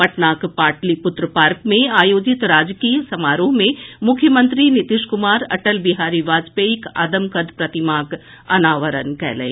पटनाक पाटलीपुत्र पार्क मे आयोजित राजकिय समारोह मे मुख्यमंत्री नीतीश कुमार अटल बिहारी वाजपेयीक आदमकद प्रतिमाक अनावरण कयलनि